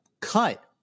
cut